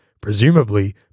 Presumably